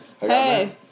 Hey